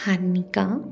Harnika